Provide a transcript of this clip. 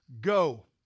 go